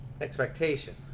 expectation